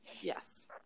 yes